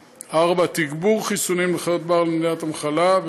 תגבור חיסונים לחיות בר למניעת המחלה,